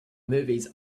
movies